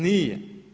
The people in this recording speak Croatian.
Nije.